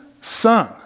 son